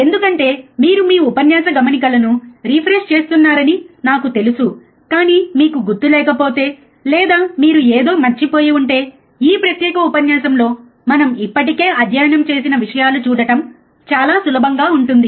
ఎందుకంటే మీరు మీ ఉపన్యాస గమనికలను రిఫ్రెష్ చేస్తున్నారని అని నాకు తెలుసు కానీ మీకు గుర్తులేకపోతే లేదా మీరు ఏదో మర్చిపోయి ఉంటే ఈ ప్రత్యేక ఉపన్యాసంలో మనం ఇప్పటికే అధ్యయనం చేసిన విషయాలు చూడటం చాలా సులభంగా ఉంటుంది